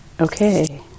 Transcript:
okay